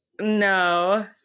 No